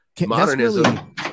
modernism